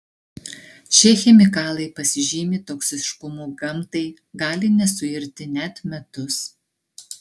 šie chemikalai pasižymi toksiškumu gamtai gali nesuirti net metus